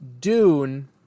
Dune